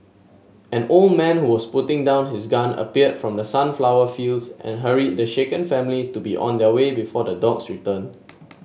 an old man who was putting down his gun appeared from the sunflower fields and hurried the shaken family to be on their way before the dogs return